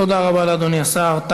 תודה רבה לאדוני השר.